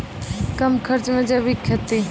कम खर्च मे जैविक खेती?